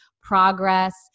progress